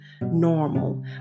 normal